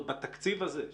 עוד בתקציב הזה,